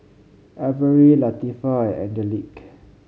Averie Latifah and Angelique